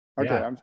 Okay